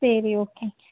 சரி ஓகே